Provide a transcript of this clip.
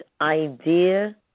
idea